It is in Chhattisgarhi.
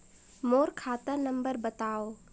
मोर खाता नम्बर बताव?